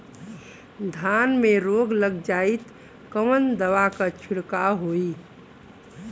धान में रोग लग जाईत कवन दवा क छिड़काव होई?